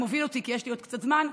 יש לי עוד קצת זמן.